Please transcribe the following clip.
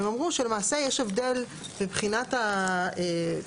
והם אמרו שלמעשה יש הבדל מבחינת הפגיעה